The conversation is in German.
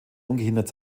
ungehindert